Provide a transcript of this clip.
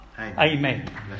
Amen